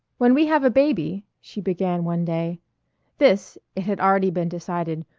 when we have a baby, she began one day this, it had already been decided,